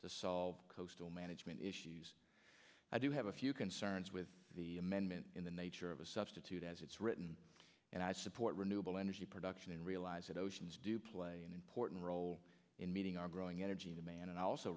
to solve coastal management issues i do have a few concerns with the amendment in the nature of a substitute as it's written and i support renewable energy production and realize that oceans do play an important role in meeting our growing energy demand and i also